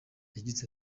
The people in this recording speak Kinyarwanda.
yagize